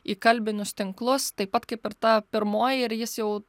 į kalbinius tinklus taip pat kaip ir ta pirmoji ir jis jau